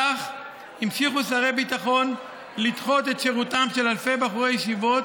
כך המשיכו שרי ביטחון לדחות את שירותם של אלפי בחורי ישיבות